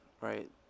right